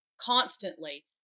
constantly